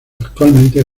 actualmente